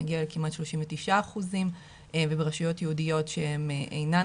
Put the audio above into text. מגיע לכמעט 39% וברשויות יהודיות שהן אינן